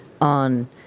on